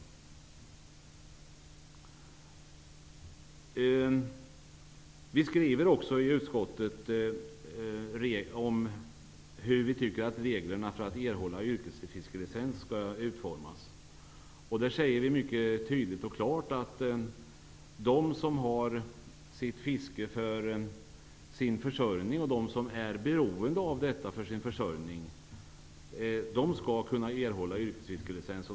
I betänkandet skriver vi också om hur vi tycker att reglerna för att erhålla yrkesfiskelicens skall utformas. Vi säger mycket tydligt och klart att de som är beroende av fisket för sin försörjning skall kunna erhålla yrkesfiskelicens.